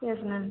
yes ma'am